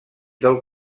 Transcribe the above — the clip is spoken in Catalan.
del